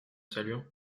saluant